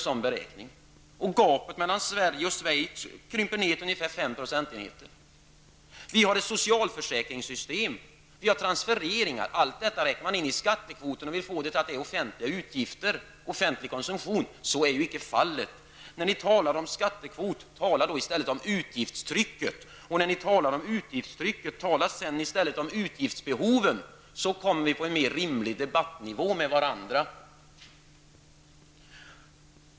Gapet mellan Sverige och Schweiz krymper ner till ungefär 5 Sverige har ett socialförsäkringssystem och transfereringar. Allt det räknas in i skattekvoten, och man vill få det till att vara offentliga utgifter. Så är icke fallet. När ni borgerliga vill tala om skattekvot, tala då i stället om utgiftstryck. När ni sedan talar om utgiftstryck, tala i stället om utgiftsbehov! Då kommer man ner på en mer rimlig debattnivå med varandra.